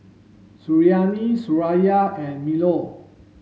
Suriani Suraya and Melur